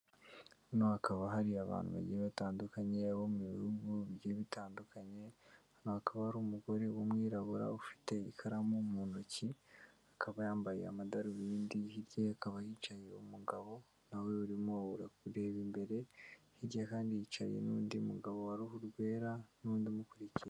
Hano hakaba hari abantu bagiye batandukanye bo mu bihugu bigiye bitandukanye, hano hakaba hari umugore w'umwirabura ufite ikaramu mu ntoki, akaba yambaye amadarubindi hirya ye hakaba hicaye umugabo na we urimo urareba imbere, hirya ye kandi yicaranye n'undi mugabo w'uruhu rwera n'undi umukurikiye.